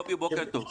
קובי, בוקר טוב,